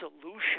solution